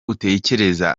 utekereza